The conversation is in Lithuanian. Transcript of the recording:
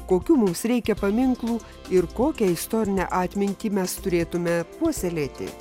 kokių mums reikia paminklų ir kokią istorinę atmintį mes turėtume puoselėti